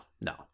no